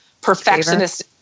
perfectionist-